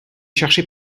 cherché